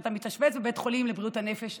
כשאתה מתאשפז בבית החולים לבריאות הנפש,